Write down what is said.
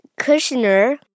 Kushner